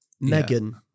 Megan